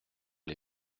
les